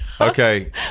Okay